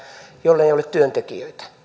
jollei ole työntekijöitä